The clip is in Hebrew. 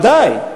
ודאי.